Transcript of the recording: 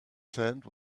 sand